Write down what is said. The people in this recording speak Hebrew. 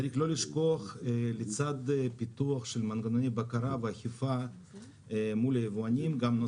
צריך לא לשכוח בצד פיתוח של מנגנוני בקרה ואכיפה מול היבואנים גם את